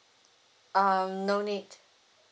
um no need